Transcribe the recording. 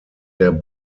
der